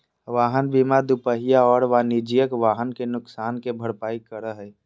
वाहन बीमा दूपहिया और वाणिज्यिक वाहन के नुकसान के भरपाई करै हइ